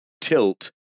tilt